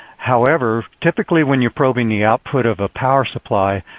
however, typically when you are probing the output of a power supply,